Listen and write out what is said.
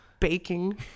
Baking